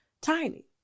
Tiny